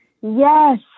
Yes